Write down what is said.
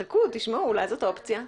חכו, תשמעו, אולי זאת אופציה?